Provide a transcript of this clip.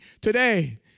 today